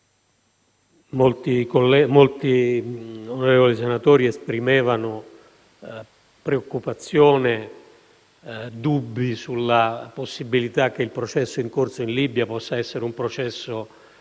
molti onorevoli senatori hanno espresso preoccupazione e dubbi sulla possibilità che il processo in corso in Libia possa essere lineare